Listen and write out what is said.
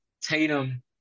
Tatum